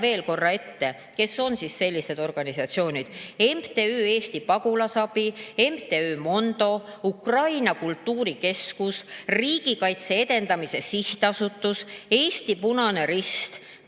veel korra ette, kes on sellised organisatsioonid: MTÜ Eesti Pagulasabi, MTÜ Mondo, Ukraina Kultuurikeskus, Riigikaitse Edendamise Sihtasutus, Eesti Punane Rist,